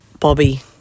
Bobby